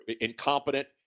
incompetent